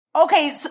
okay